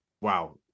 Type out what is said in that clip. Wow